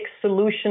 solution